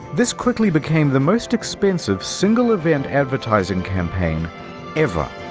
this quickly became the most expensive single event advertising campaign ever.